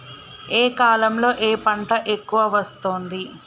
ఏ కాలంలో ఏ పంట ఎక్కువ వస్తోంది?